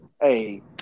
hey